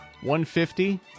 150